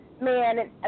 man